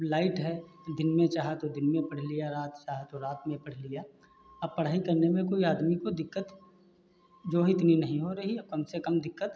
अब लाइट है तो दिन में चाहा तो दिन में पढ़ लिया रात चाहा तो रात में पढ़ लिया अब पढ़ाई करने में आदमी को कोई दिक्कत जो इतनी नहीं हो रही कम से कम दिक्कत